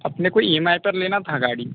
अपने को E M I पर लेना था गाड़ी